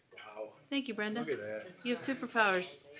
thank you brenda, but you have super powers.